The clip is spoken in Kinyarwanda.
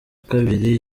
kabiri